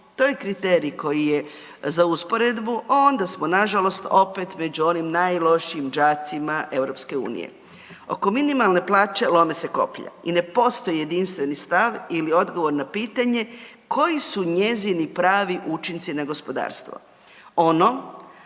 to je kriterij koji je za usporedbu onda smo nažalost opet među onim najlošijim đacima EU. Oko minimalne plaće lome se koplja i ne postoji jedinstveni stav ili odgovor na pitanje koji su njezini pravi učinci na gospodarstvo.